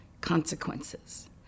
consequences